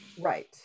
Right